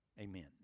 amen